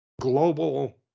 global